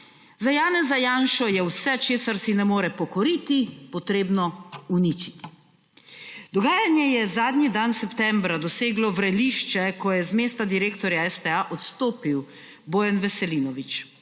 Za Janeza Janšo je vse česar si ne more pokoriti, potrebno uničiti. Dogajanje ja zadnji dan septembra doseglo vrelišče, ko je z mesta direktorja STA odstopil Bojan Veselinovič.